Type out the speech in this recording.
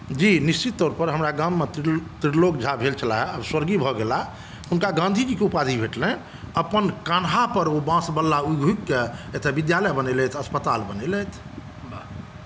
जी निश्चित तौर पर हमरा गाममे त्रिलोक झा भेल छलाह आब स्वर्गीय भऽ गेला हुनका गाँधी जीके उपाधि भेटलनि अपन कन्हा पर ओ बाँस बल्ला उघि उघिके एतऽ विद्यालय बनेलथि अस्पताल बनेलथि